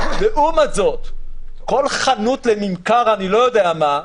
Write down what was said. לעומת זאת, כל חנות לממכר אני לא יודע מה,